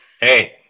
Hey